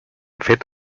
fet